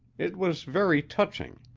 it was very touching.